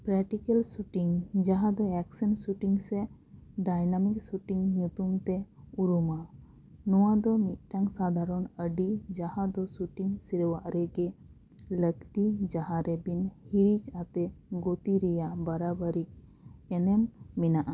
practical shooting ᱡᱟᱦᱟᱸ ᱫᱚ action shooting ᱥᱮ ᱰᱟᱭᱱᱟᱢᱤᱠ ᱥᱩᱴᱤᱝ ᱧᱩᱛᱩᱢᱛᱮ ᱩᱨᱩᱢᱚᱜᱼᱟ ᱱᱚᱣᱟ ᱫᱚ ᱢᱤᱫᱴᱟᱝ ᱥᱟᱫᱷᱟᱨᱚᱱ ᱟᱹᱲᱟᱹ ᱡᱟᱦᱟᱸ ᱫᱚ ᱥᱩᱴᱤᱝ ᱥᱮᱨᱣᱟ ᱨᱮ ᱜᱮ ᱞᱟᱹᱠᱛᱤᱭᱟ ᱡᱟᱦᱟᱸ ᱨᱮ ᱵᱤᱱ ᱦᱤᱲᱤᱡ ᱟᱛᱮ ᱜᱚᱛᱤ ᱨᱮᱭᱟᱜ ᱵᱟᱨᱟᱵᱟᱹᱨᱤ ᱮᱱᱮᱢ ᱢᱮᱱᱟᱜᱼᱟ